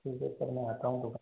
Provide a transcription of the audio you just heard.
ठीक है सर मैं आता हूँ